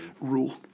rule